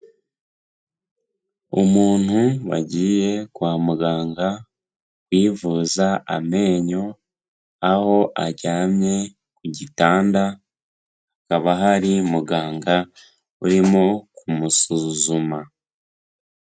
Umuntu wagiye kwa muganga, kwivuza amenyo, aho aryamye ku gitanda, hakaba hari muganga urimo kumusuzuma.